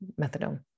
methadone